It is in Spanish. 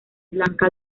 blanca